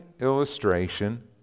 illustration